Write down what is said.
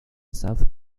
south